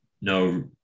no